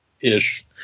Ish